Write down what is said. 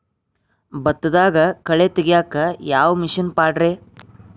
ಭತ್ತದಾಗ ಕಳೆ ತೆಗಿಯಾಕ ಯಾವ ಮಿಷನ್ ಪಾಡ್ರೇ?